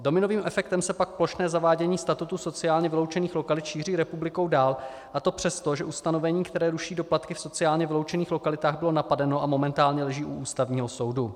Dominovým efektem se pak plošné zavádění statutu sociálně vyloučených lokalit šíří republikou dál, a to přesto, že ustanovení, které ruší doplatky v sociálně vyloučených lokalitách, bylo napadeno a momentálně leží u Ústavního soudu.